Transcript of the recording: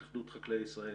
התאחדות חקלאי ישראל.